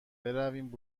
برویم